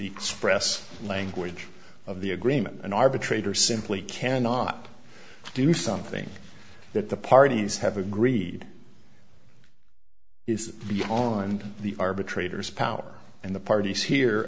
express language of the agreement an arbitrator simply cannot do something that the parties have agreed it's beyond the arbitrator's power and the parties here